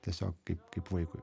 tiesiog kaip kaip vaikui